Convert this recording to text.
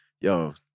yo